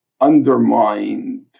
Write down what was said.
undermined